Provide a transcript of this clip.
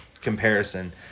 comparison